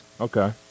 Okay